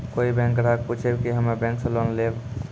कोई बैंक ग्राहक पुछेब की हम्मे बैंक से लोन लेबऽ?